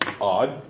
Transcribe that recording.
odd